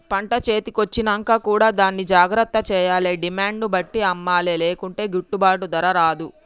పంట చేతి కొచ్చినంక కూడా దాన్ని జాగ్రత్త చేయాలే డిమాండ్ ను బట్టి అమ్మలే లేకుంటే గిట్టుబాటు ధర రాదు